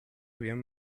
vien